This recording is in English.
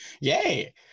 yay